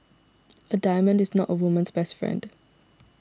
a diamond is not a woman's best friend